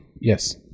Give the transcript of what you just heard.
Yes